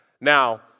Now